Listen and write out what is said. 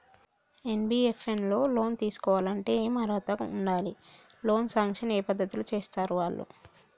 NBFS లో loan తీస్కోవాలంటే ఏం అర్హత ఉండాలి? లోన్ సాంక్షన్ ఏ పద్ధతి లో చేస్తరు వాళ్లు?